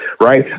Right